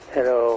Hello